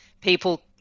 people